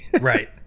Right